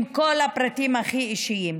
עם כל הפרטים הכי אישיים.